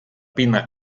pinna